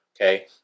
okay